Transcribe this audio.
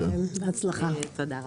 שלום לכולם,